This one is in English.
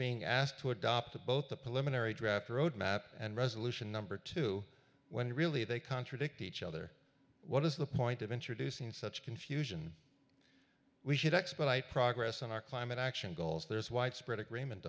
being asked to adopt both the political draft road map and resolution number two when really they contradict each other what is the point of introducing such confusion we should exploit i progress on our climate action goals there is widespread agreement